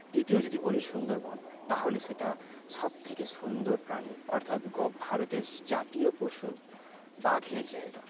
তৃতীয় যদি বলি সুন্দরবন তাহলে সেটা সবথেকে সুন্দর প্রাণী অর্থাৎ গ ভারতের জাতীয় পশুর বাঘের জায়গা